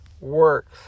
works